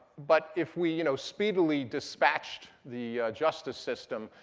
but if we you know speedily dispatched the justice system,